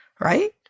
right